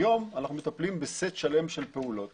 היום אנחנו מטפלים בסט שלם של פעולות